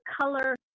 color